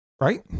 Right